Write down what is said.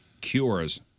cures